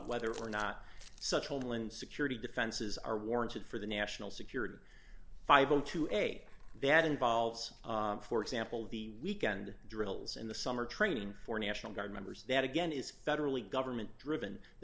whether or not such a hole in security defenses are warranted for the national security five o two a they had involves for example the weekend drills in the summer training for national guard members that again is federally government driven the